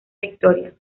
victoria